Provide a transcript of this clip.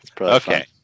okay